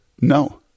no